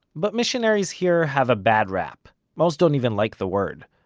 but missionaries here have a bad rap, most don't even like the word.